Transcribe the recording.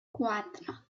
quatre